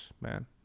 man